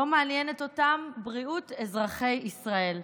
לא מעניינת אותם בריאות אזרחי ישראל.